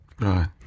Right